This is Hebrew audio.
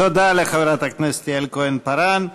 תודה לחברת הכנסת יעל כהן-פארן.